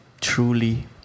truly